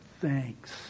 thanks